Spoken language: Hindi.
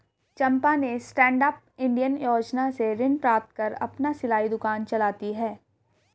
चंपा ने स्टैंडअप इंडिया योजना से ऋण प्राप्त कर अपना सिलाई दुकान चलाती है